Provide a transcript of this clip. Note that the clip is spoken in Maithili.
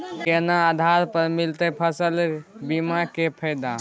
केना आधार पर मिलतै फसल बीमा के फैदा?